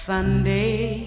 Sunday